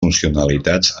funcionalitats